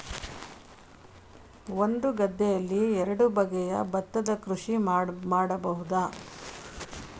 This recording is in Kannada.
ಒಂದು ಗದ್ದೆಯಲ್ಲಿ ಎರಡು ಬಗೆಯ ಭತ್ತದ ಕೃಷಿ ಮಾಡಬಹುದಾ?